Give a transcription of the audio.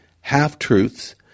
half-truths